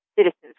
citizens